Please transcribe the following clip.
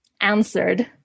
answered